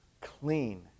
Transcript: clean